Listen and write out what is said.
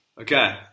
Okay